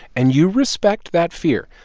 and you respect that fear.